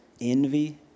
envy